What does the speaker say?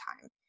time